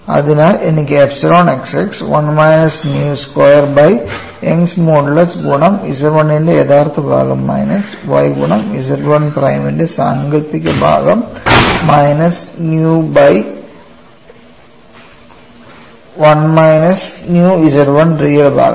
അതിനാൽ എനിക്ക് epsilon x x 1 minus nu square by Young's modulus ഗുണം Z 1 ന്റെ യഥാർത്ഥ ഭാഗം മൈനസ് y ഗുണം Z 1 പ്രൈമിന്റെ സാങ്കൽപ്പിക ഭാഗം minus nu by 1 minus nu Z1 real ഭാഗം